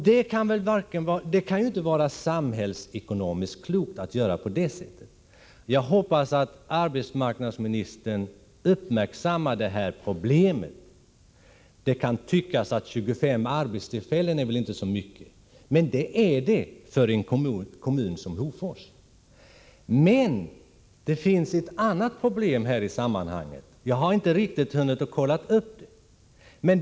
Det kan inte vara samhällsekonomiskt klokt att göra på det sättet. Jag hoppas att arbetsmarknadsministern uppmärksammar det här problemet. Man kan tycka att 25 arbetstillfällen inte är så mycket, men det är mycket för en kommun som Hofors. Det finns dock även ett annat problem i det här sammanhanget. Jag har inte riktigt hunnit kontrollera alla uppgifter.